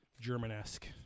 German-esque